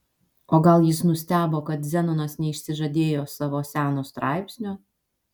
o gal jis nustebo kad zenonas neišsižadėjo savo seno straipsnio